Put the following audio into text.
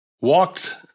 walked